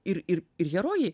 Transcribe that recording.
ir ir ir herojai